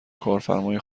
کارفرمای